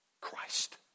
Christ